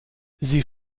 sie